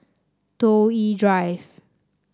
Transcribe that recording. Toh Yi Drive